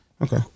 Okay